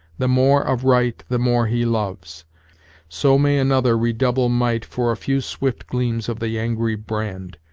the more of right the more he loves so may another redouble might for a few swift gleams of the angry brand,